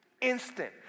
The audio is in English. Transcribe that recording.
Instant